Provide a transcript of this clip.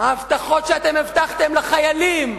ההבטחות שאתם הבטחתם לחיילים,